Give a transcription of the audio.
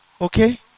okay